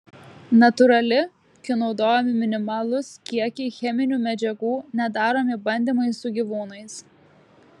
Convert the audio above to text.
natūrali kai naudojami minimalūs kiekiai cheminių medžiagų nedaromi bandymai su gyvūnais